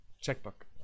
Checkbook